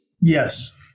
Yes